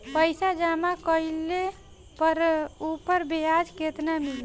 पइसा जमा कइले पर ऊपर ब्याज केतना मिली?